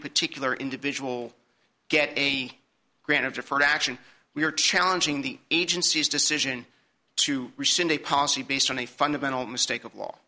particular individual get a grant of deferred action we are challenging the agency's decision to rescind a policy based on a fundamental mistake of law